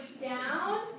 down